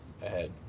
ahead